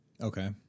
Okay